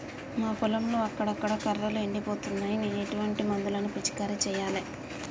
మా పొలంలో అక్కడక్కడ కర్రలు ఎండిపోతున్నాయి నేను ఎటువంటి మందులను పిచికారీ చెయ్యాలే?